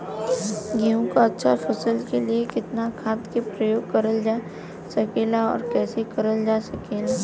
गेहूँक अच्छा फसल क लिए कितना खाद के प्रयोग करल जा सकेला और कैसे करल जा सकेला?